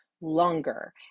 longer